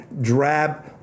drab